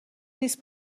نیست